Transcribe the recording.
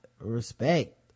Respect